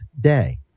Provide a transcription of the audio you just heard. day